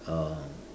um